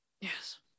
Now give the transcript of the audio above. Yes